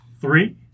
three